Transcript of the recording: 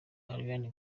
ariana